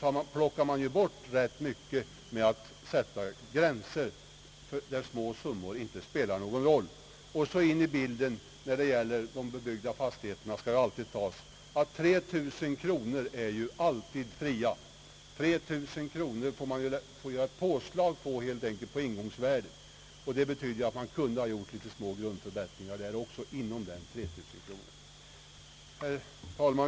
Man plockar bort rätt mycket besvär med att sätta sådana gränser, att små summor inte spelar någon roll. Vad beträffar de bebyggda fastigheterna skall alltid tas med i bilden att 3000 kronor per år är fria. Man får helt enkelt lägga till 3 000 kronor till ingångsvärdet, och det betyder att man kan göra små grundförbättringar inom ramen för det beloppet. Herr talman!